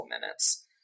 minutes